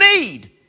need